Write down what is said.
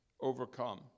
overcome